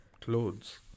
Clothes